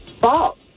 False